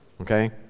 Okay